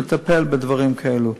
שמטפלת בדברים כאלה.